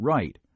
Right